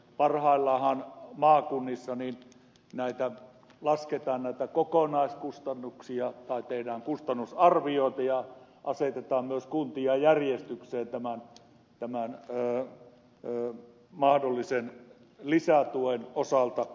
parhaillaanhan maakunnissa lasketaan näitä kokonaiskustannuksia tai tehdään kustannusarvioita ja asetetaan myös kuntia järjestykseen tämän mahdollisen lisätuen osalta